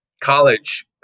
college